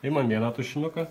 ima nėra tušinuko